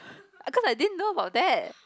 cause I didn't know about that